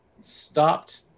stopped